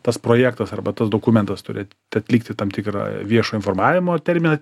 tas projektas arba tas dokumentas turi atlikti tam tikrą viešo informavimo terminą